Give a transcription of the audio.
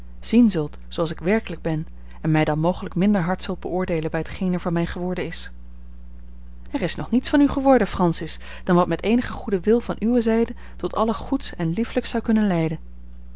zien zult zooals ik werkelijk ben en mij dan mogelijk minder hard zult beoordeelen bij t geen er van mij geworden is er is nog niets van u geworden francis dan wat met eenigen goeden wil van uwe zijde tot alle goeds en liefelijks zou kunnen leiden